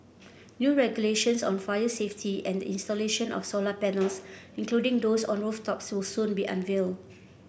new regulations on fire safety and the installation of solar panels including those on rooftops will soon be unveiled